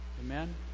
Amen